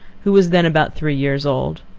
who was then about three years old.